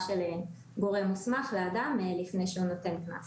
של גורם מוסמך לאדם לפני שהוא נותן קנס.